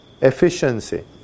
efficiency